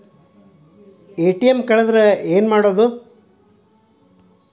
ATM ಕಳದ್ರ ಏನು ಮಾಡೋದು?